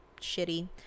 shitty